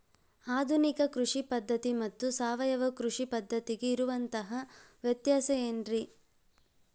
ಆಧುನಿಕ ಕೃಷಿ ಪದ್ಧತಿ ಮತ್ತು ಸಾವಯವ ಕೃಷಿ ಪದ್ಧತಿಗೆ ಇರುವಂತಂಹ ವ್ಯತ್ಯಾಸ ಏನ್ರಿ?